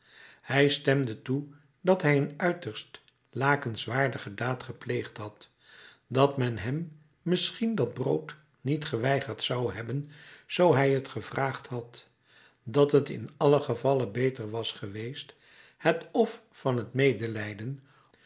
hij stemde toe dat hij een uiterst lakenswaardige daad gepleegd had dat men hem misschien dat brood niet geweigerd zou hebben zoo hij het gevraagd had dat het in allen gevalle beter was geweest het f van het medelijden